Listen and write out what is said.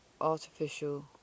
artificial